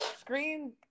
screen